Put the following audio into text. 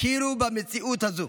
תכירו במציאות הזאת.